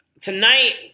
tonight